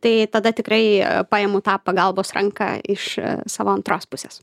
tai tada tikrai paimu tą pagalbos ranką iš savo antros pusės